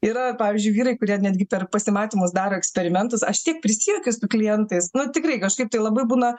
yra pavyzdžiui vyrai kurie netgi per pasimatymus daro eksperimentus aš tiek prisijuokiu su klientais nu tikrai kažkaip tai labai būna